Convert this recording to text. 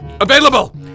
Available